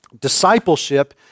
Discipleship